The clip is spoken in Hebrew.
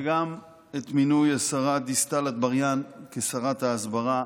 וגם את מינוי השרה דיסטל אטבריאן לשרת ההסברה,